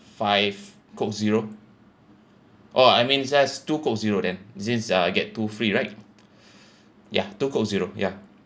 five coke zero or I mean just two coke zero then since I get two free right ya two zero ya